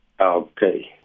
Okay